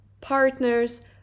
partners